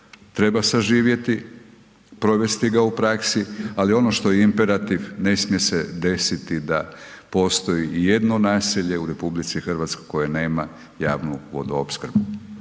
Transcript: treba saživjeti, provesti ga u praksi ali ono što je imperativ ne smije se desiti da postoji i jedno naselje u RH koje nema javnu vodoopskrbu,